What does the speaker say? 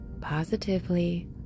positively